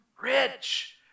rich